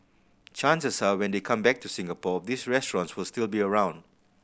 chances are when they come back to Singapore these restaurants will still be around